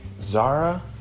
Zara